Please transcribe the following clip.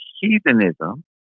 heathenism